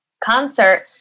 concert